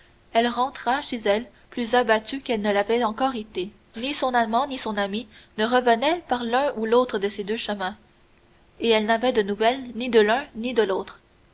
elle rentra chez elle plus abattue qu'elle ne l'avait encore été ni son amant ni son ami ne revenaient par l'un ou l'autre de ces deux chemins et elle n'avait de nouvelles ni de l'un ni de l'autre